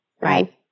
Right